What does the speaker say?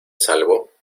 salvo